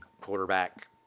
quarterback